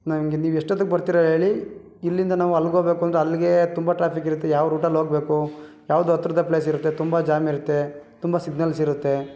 ನನಗೆ ನೀವು ಎಷ್ಟೊತ್ತಿಗೆ ಬರ್ತೀರ ಹೇಳಿ ಇಲ್ಲಿಂದ ನಾವು ಅಲ್ಗೆ ಹೋಗ್ಬೇಕು ಅಂದರೆ ನಾವು ಅಲ್ಲಿಗೆ ತುಂಬ ಟ್ರಾಫಿಕ್ ಇರುತ್ತೆ ಯಾವ ರೂಟಲ್ಲಿ ಹೋಗಬೇಕು ಯಾವುದು ಹತ್ರದ ಪ್ಲೇಸ್ ಇರುತ್ತೆ ತುಂಬ ಜಾಮ್ ಇರುತ್ತೆ ತುಂಬ ಸಿಗ್ನಲ್ಸ್ ಇರುತ್ತೆ